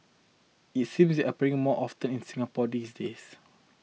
it seems appearing more often in Singapore these days